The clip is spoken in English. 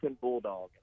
Bulldog